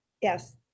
Yes